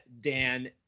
Dan